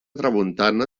tramuntana